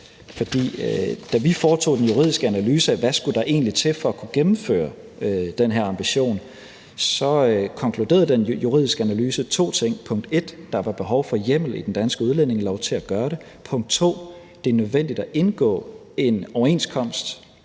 da vi foretog den juridiske analyse af, hvad der egentlig skulle til for at kunne gennemføre den her ambition, konkluderede den juridiske analyse to ting. Punkt 1: Der var behov for hjemmel i den danske udlændingelov til at gøre det. Punkt 2: Det er nødvendigt at indgå en overenskomst